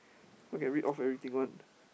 how can read off everything one